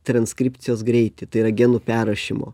transkripcijos greitį tai yra genų perrašymo